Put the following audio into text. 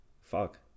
Fuck